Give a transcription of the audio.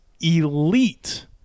elite